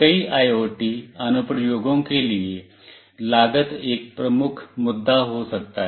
कई आईओटी अनुप्रयोगों के लिए लागत एक प्रमुख मुद्दा हो सकता है